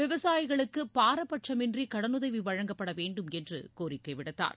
விவசாயிகளுக்கு பாரபட்சமின்றி கடனுதவி வழங்கப்பட வேண்டும் என்று கோரிக்கை விடுத்தார்